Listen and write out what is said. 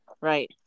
Right